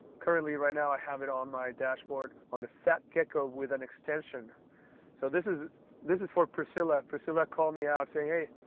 currently right now i have it on my dashboard on the fat gecko with an extension so this is this is for priscilla. priscilla called me out saying hey,